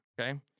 Okay